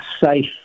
safe